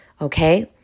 okay